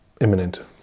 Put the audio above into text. imminent